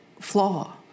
flaw